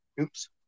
Oops